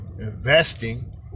investing